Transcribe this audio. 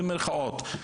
במרכאות.